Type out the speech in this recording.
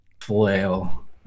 Flail